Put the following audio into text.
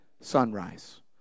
Sunrise